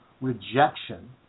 rejection